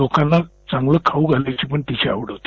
लोकाना चांगलं खाऊ घालण्याची पण तिची आवड होती